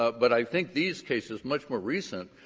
ah but i think these cases, much more recent,